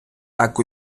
так